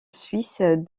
suisse